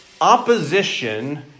Opposition